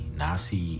nasi